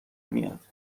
میاید